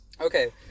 Okay